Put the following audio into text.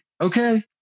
Okay